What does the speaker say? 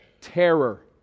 terror